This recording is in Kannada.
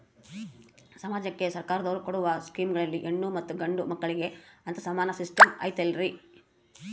ಸಮಾಜಕ್ಕೆ ಸರ್ಕಾರದವರು ಕೊಡೊ ಸ್ಕೇಮುಗಳಲ್ಲಿ ಹೆಣ್ಣು ಮತ್ತಾ ಗಂಡು ಮಕ್ಕಳಿಗೆ ಅಂತಾ ಸಮಾನ ಸಿಸ್ಟಮ್ ಐತಲ್ರಿ?